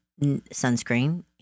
sunscreen